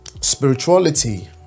spirituality